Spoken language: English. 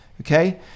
okay